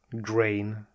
grain